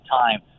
time